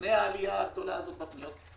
לפני העלייה הגדולה הזאת בפניות,